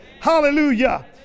Hallelujah